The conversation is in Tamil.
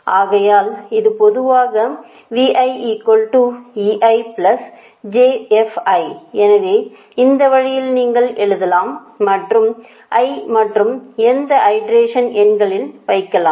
ஆகையால் இது பொதுவாக எனவே இந்த வழியில் நீங்கள் எழுதலாம் மற்றும் I மற்றும் எந்த ஐட்ரேஷனையும் எண்களில் வைக்கலாம்